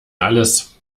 alles